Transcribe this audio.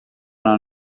hanno